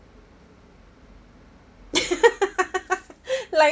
like